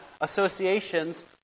associations